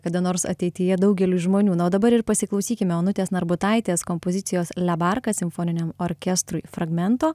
kada nors ateityje daugeliui žmonių na o dabar ir pasiklausykime onutės narbutaitės kompozicijos le barka simfoniniam orkestrui fragmento